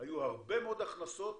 היו הרבה הכנסות